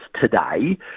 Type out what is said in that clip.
today